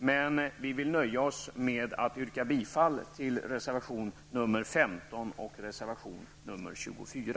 Vi vill emellertid nöja oss med att yrka bifall till reservationerna 15 och 24.